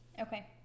Okay